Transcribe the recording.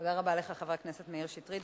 תודה רבה לך, חבר הכנסת מאיר שטרית.